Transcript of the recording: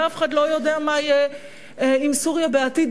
ואף אחד לא יודע מה יהיה עם סוריה בעתיד,